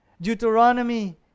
Deuteronomy